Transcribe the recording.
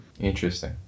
Interesting